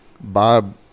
Bob